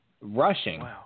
Rushing